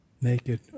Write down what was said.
naked